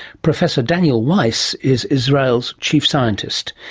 professor daniel weihs is israel's chief scientist,